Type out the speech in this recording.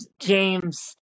James